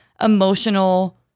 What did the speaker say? emotional